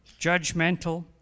judgmental